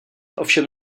ovšem